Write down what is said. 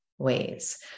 ways